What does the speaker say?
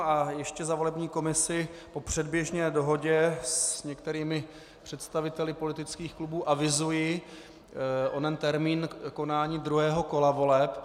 A ještě za volební komisi po předběžné dohodě s některými představiteli politických klubů avizuji onen termín konání druhého kola voleb.